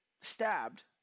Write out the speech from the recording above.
stabbed